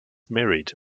married